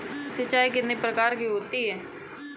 सिंचाई कितनी प्रकार की होती हैं?